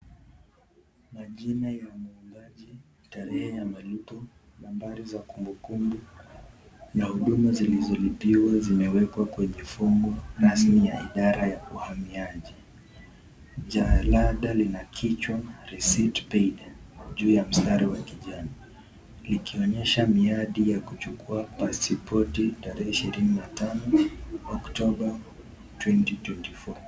Majina ya mwombaji, tarehe ya malipo, nambari za kumbukumbu na huduma zilizolipwa zimewekwa kwenye fomu rasmi ya idara ya uhamiaji. Jalada lina kichwa Receipt Paid juu ya mstari wa kijani. Likionyesha miadi ya kuchukua pasipoti tarehe ishirini na tano Oktoba [Twenty twenty four].